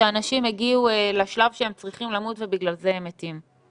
שאנשים הגיעו לשלב שהם צריכים למות ובגלל זה הם מתים.